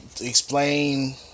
Explain